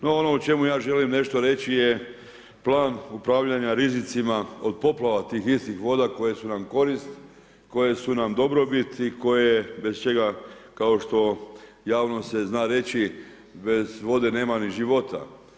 No ono o čemu ja želim reći je plan upravljanja rizicima od poplava tih istih voda koje su nam korist, koje su nam dobrobit i bez čega kao što javnost zna reći, bez vode nema ni života.